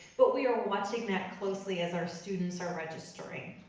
but we are watching that closely as our students are registering.